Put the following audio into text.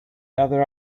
other